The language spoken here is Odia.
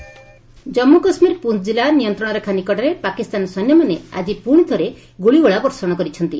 ଏଲ୍ଓସି ସିଲିଙ୍ଗ୍ ଜନ୍ମୁ କାଶ୍ମୀର ପୁଞ୍ ଜିଲ୍ଲା ନିୟନ୍ତ୍ରଣ ରେଖା ନିକଟରେ ପାକିସ୍ତାନ ସୈନ୍ୟମାନେ ଆଜି ପୁଣି ଥରେ ଗୁଳିଗୋଳା ବର୍ଷଣ କରିଛନ୍ତି